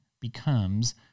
becomes